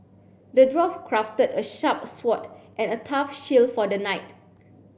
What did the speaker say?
the dwarf crafted a sharp sword and a tough shield for the knight